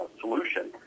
solution